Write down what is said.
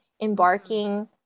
embarking